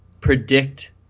predict